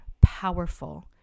powerful